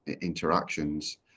interactions